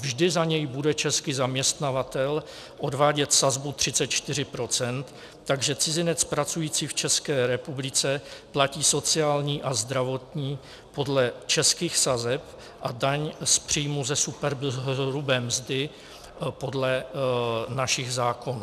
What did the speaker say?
Vždy za něj bude český zaměstnavatel odvádět sazbu 34 %, takže cizinec pracující v České republice platí sociální a zdravotní podle českých sazeb a daň z příjmů ze superhrubé mzdy podle našich zákonů.